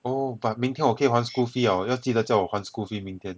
oh but 明天我可以还 school fee liao 要记得叫我还 school fee 明天